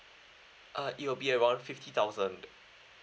uh it will be around fifty thousand